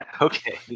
okay